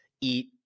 eat